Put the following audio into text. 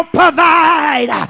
provide